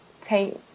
take